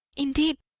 indeed,